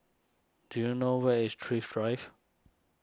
do you know where is Thrift Drive